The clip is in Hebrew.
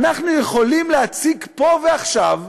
אנחנו יכולים להציג פה ועכשיו,